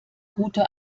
gute